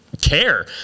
care